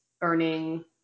earning